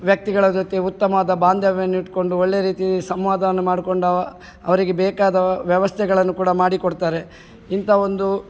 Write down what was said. ವ್ಯಕ್ತಿಗಳ ಜೊತೆ ಉತ್ತಮವಾದ ಬಾಂಧವ್ಯವನ್ನಿಟ್ಕೊಂಡು ಒಳ್ಳೆ ರೀತಿ ಸಂವಾದವನ್ನು ಮಾಡಿಕೊಂಡು ಅವರಿಗೆ ಬೇಕಾದ ವ್ಯವಸ್ಥೆಗಳನ್ನು ಕೂಡ ಮಾಡಿಕೊಡ್ತಾರೆ ಇಂಥ ಒಂದು